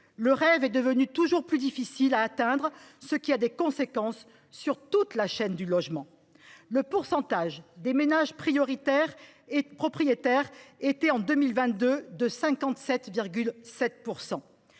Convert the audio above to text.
Le rêve est devenu toujours plus difficile à atteindre, ce qui a des conséquences sur toute la chaîne du logement. En 2022, le pourcentage des ménages propriétaires était de 57,7 %.